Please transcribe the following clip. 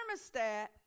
thermostat